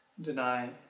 deny